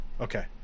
Okay